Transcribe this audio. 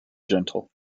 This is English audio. gentle